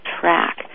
track